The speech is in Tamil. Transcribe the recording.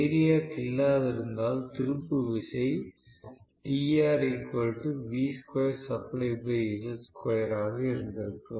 வேரியாக் இல்லாதிருந்தால்திருப்பு விசை ஆக இருந்திருக்கும்